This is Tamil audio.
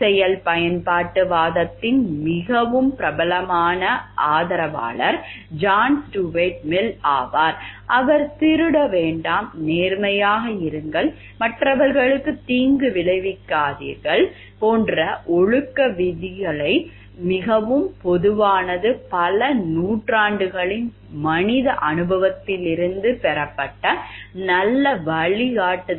செயல் பயன்பாட்டுவாதத்தின் மிகவும் பிரபலமான ஆதரவாளர் ஜான் ஸ்டூவர்ட் மில் ஆவார் அவர் திருட வேண்டாம் நேர்மையாக இருங்கள் மற்றவர்களுக்கு தீங்கு விளைவிக்காதீர்கள் போன்ற ஒழுக்க விதிகளில் மிகவும் பொதுவானது பல நூற்றாண்டுகளின் மனித அனுபவத்திலிருந்து பெறப்பட்ட நல்ல வழிகாட்டுதல்கள்